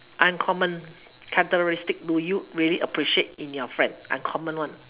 uncommon characteristics do you really appreciate in your friends uncommon one